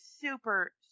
super